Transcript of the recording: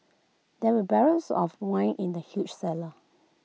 there were barrels of wine in the huge cellar